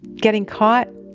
getting caught,